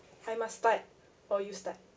I must start or you start